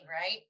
right